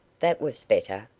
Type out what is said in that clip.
that was better!